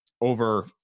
over